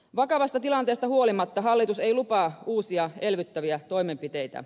vakavasta tilanteesta huolimatta hallitus ei lupaa uusia elvyttäviä toimenpiteitä